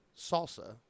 salsa